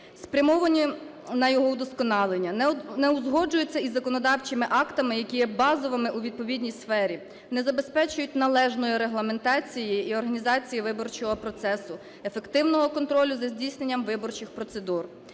спрямовані на його удосконалення, не узгоджуються із законодавчими актами, які є базовими у відповідній сфері, не забезпечують належної регламентації і організації виборчого процесу, ефективного контролю за здійсненням виборчих процедур.